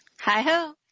Hi-ho